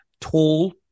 tall